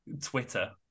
twitter